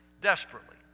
Desperately